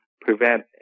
prevent